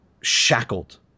shackled